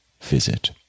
visit